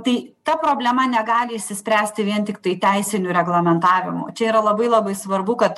tai ta problema negali išsispręsti vien tiktai teisiniu reglamentavimu čia yra labai labai svarbu kad